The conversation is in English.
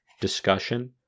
discussion